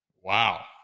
Wow